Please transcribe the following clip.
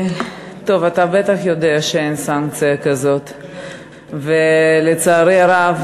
טוב, אתה בטח יודע שאין סנקציה כזאת, ולצערי הרב,